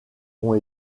ont